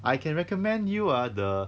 I can recommend you ah the